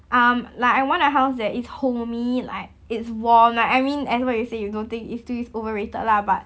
um like I want a house that is homey like it's warm like I mean and what you say you don't think it still is overrated lah but